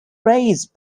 raise